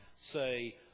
say